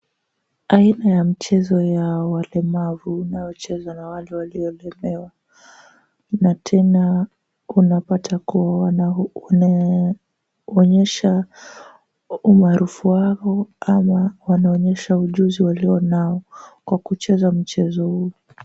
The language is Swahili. Aina ya mchezo ya walemavu inayochezwa na wale waliolemewa na tena unapata kuwa wanaonyesha umaarufu wao, ama wanaonyesha ujuzi walio nao kwa kucheza mchezo huu.